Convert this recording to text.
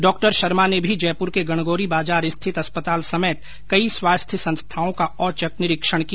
डॉ शर्मा ने भी जयपुर के गणगौरी बाजार स्थित अस्पताल समेत कई स्वास्थ्य संस्थाओं का औचक निरीक्षण किया